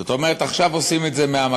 זאת אומרת, עכשיו עושים את זה מהמקפצה.